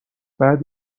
بعد